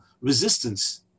resistance